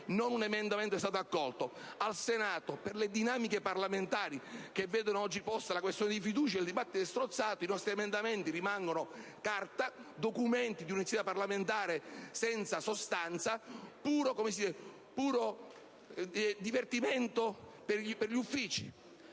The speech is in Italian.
non un emendamento è stato accolto; al Senato, per le dinamiche parlamentari che vedono oggi posta la questione di fiducia, il dibattito è strozzato, i nostri emendamenti rimangono carta, documenti di un'iniziativa parlamentare senza sostanza, puro divertimento per gli uffici.